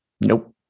Nope